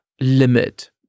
limit